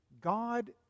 God